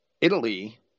Italy